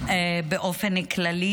באופן כללי,